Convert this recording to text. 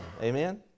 Amen